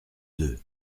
deux